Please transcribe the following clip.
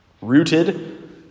Rooted